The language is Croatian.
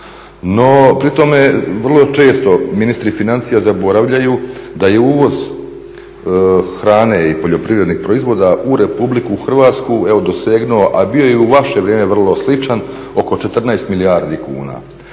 No, pri tome vrlo često ministri financija zaboravljaju da je uvoz hrane i poljoprivrednih proizvoda u RH evo dosegnuo, a bio je i u vaše vrijeme vrlo sličan, oko 14 milijardi kuna.